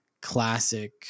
classic